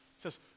says